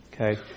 okay